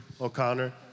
O'Connor